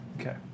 Okay